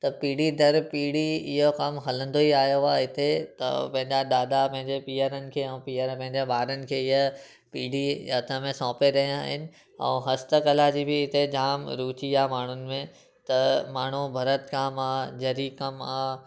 त पीढ़ी दर पीढ़ी इहो कमु हलंदो ई आयो आहे हिते त पंहिंजा दादा पंहिंजा पीअरनि खे ऐं पीअर पंहिंजे ॿारनि खे इहा पीढ़ी हथ में सौंपे रहिया अहिनि ऐं हस्त कला जी बि हिते जाम रुची आहे माण्हुनि में त माण्हू भर्तु कमु आहे जरी कमु आहे